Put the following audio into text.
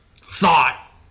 thought